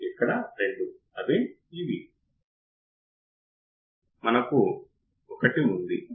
input terminals లోకి ప్రవహించలేదు